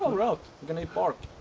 ah we're out, we're gonna eat bark